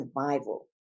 survival